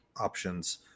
options